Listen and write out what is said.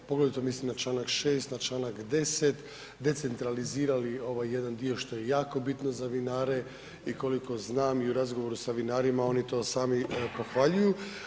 Poglavito mislim na čl. 6., na čl. 10., decentralizirali ovaj jedan dio što je jako bitno za vinare i koliko znam, i u razgovoru sa vinarima, oni to sami pohvaljuju.